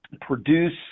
produce